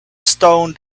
stone